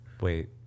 Wait